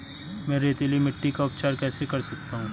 मैं रेतीली मिट्टी का उपचार कैसे कर सकता हूँ?